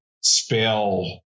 spell